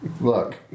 Look